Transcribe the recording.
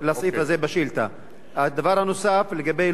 לגבי לוח זמנים לביצוע כביש 31,